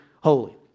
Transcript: holy